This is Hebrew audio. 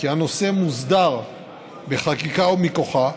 שהנושא מוסדר בחקיקה או מכוחה,